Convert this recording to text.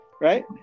right